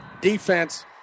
defense